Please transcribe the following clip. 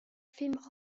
films